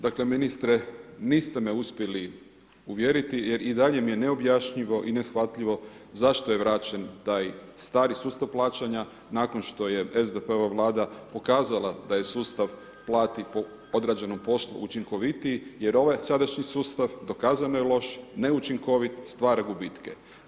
Dakle, ministre niste me uspjeli uvjeriti jer i dalje mi je neobjašnjivo i neshvatljivo zašto je vraćen taj stari sustav plaćanja nakon što je SDP-ova Vlada pokazala da je sustav plati po odrađenom poslu učinkovitiji jer ovaj sadašnji sustav, dokazano je loš, neučinkovit, stvara gubitke.